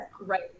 right